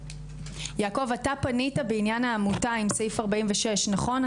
יעקב, אתה פנית בעניין העמותה עם סעיף 46, נכון?